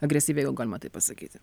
agresyvi jeigu galima taip pasakyti